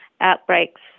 outbreaks